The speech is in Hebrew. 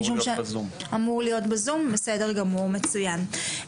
אמור להיות בזום, בסדר גמור, מצוין.